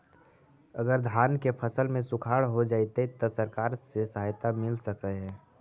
अगर धान के फ़सल में सुखाड़ होजितै त सरकार से सहायता मिल सके हे?